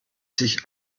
sich